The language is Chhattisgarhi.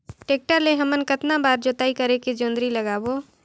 टेक्टर ले हमन कतना बार जोताई करेके जोंदरी लगाबो?